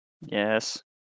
yes